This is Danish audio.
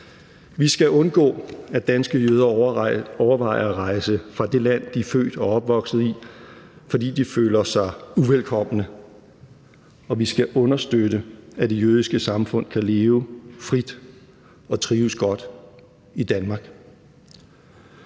Vi skal undgå, at danske jøder overvejer at rejse fra det land, de er født og opvokset i, fordi de føler sig uvelkomne, og vi skal understøtte, at det jødiske samfund kan leve frit og trives godt i Danmark.